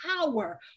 power